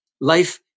Life